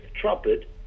trumpet